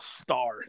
star